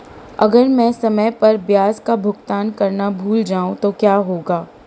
अगर मैं समय पर ब्याज का भुगतान करना भूल जाऊं तो क्या होगा?